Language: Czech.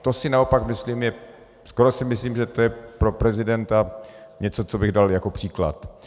To si naopak myslím, skoro si myslím, že to je pro prezidenta něco, co bych dal jako příklad.